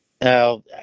now